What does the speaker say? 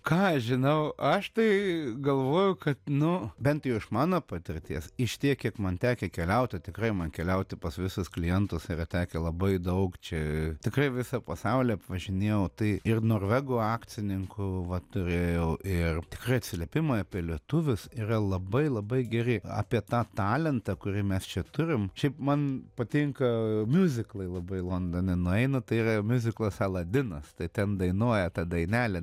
ką aš žinau aš tai galvoju kad nu bent jau iš mano patirties iš tiek kiek man tekę keliaut o tikrai man keliauti pas visus klientus yra tekę labai daug čia tikrai visą pasaulį apvažinėjau tai ir norvegų akcininkų vat turėjau ir tikrai atsiliepimai apie lietuvius yra labai labai geri apie tą talentą kurį mes čia turim šiaip man patinka miuziklai labai londone nueinu tai yra miuziklas aladinas tai ten dainuoja tą dainelę